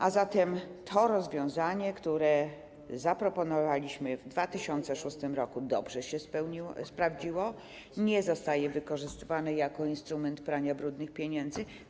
A zatem to rozwiązanie, które zaproponowaliśmy w 2006 r., dobrze się sprawdziło, nie jest wykorzystywane jako instrument prania brudnych pieniędzy.